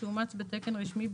שאומץ בתקן רשמי,